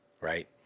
right